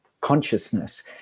consciousness